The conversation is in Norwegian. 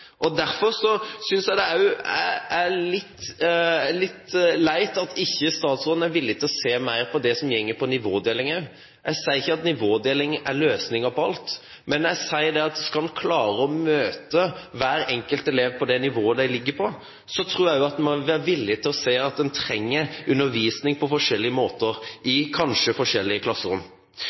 Derfor synes jeg det er litt leit at ikke statsråden er villig til å se mer på det som går på nivådeling også. Jeg sier ikke at nivådeling er løsningen på alt, men jeg tror at skal en klare å møte hver enkelt elev på det nivået de ligger på, må en også være villig til å se at en trenger undervisning på forskjellige måter, kanskje i forskjellige klasserom.